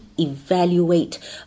evaluate